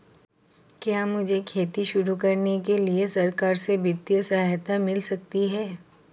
क्या मुझे खेती शुरू करने के लिए सरकार से वित्तीय सहायता मिल सकती है?